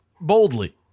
boldly